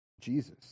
Jesus